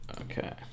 okay